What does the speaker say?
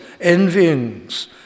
envyings